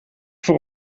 voor